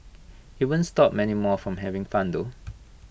IT won't stop many more from having fun though